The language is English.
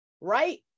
right